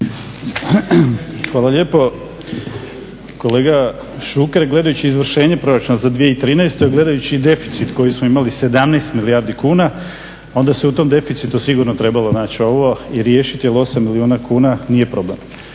Hvala lijepo. Kolega Šuker gledajući izvršenje Proračuna za 2013. a gledajući i deficit koji smo imali, 17 milijardi kuna, onda se u tom deficitu sigurno trebalo naći ovo i riješiti jer 8 milijuna kuna nije problem.